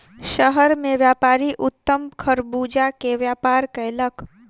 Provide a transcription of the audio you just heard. शहर मे व्यापारी उत्तम खरबूजा के व्यापार कयलक